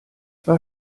war